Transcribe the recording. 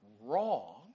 wrong